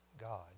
God